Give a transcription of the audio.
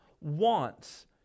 wants